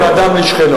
או בין אדם לשכנו.